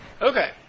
Okay